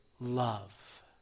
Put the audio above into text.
love